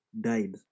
died